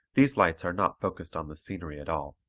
these lights are not focused on the scenery at all.